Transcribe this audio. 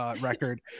record